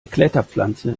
kletterpflanze